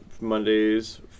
Mondays